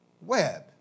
Web